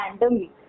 randomly